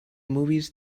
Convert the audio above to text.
movies